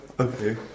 Okay